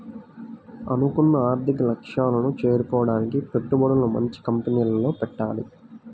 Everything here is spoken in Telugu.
అనుకున్న ఆర్థిక లక్ష్యాలను చేరుకోడానికి పెట్టుబడులను మంచి కంపెనీల్లో పెట్టాలి